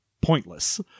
pointless